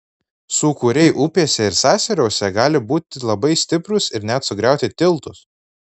sūkuriai upėse ir sąsiauriuose gali būti labai stiprūs ir net sugriauti tiltus